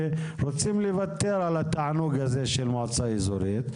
הם רוצים לוותר על התענוג הזה של מועצה אזורית,